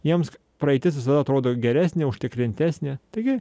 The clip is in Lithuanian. jiems praeitis visada atrodo geresnė užtikrintesnė taigi